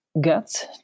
Guts